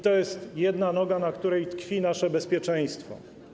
To jest jedna noga, na której tkwi nasze bezpieczeństwo.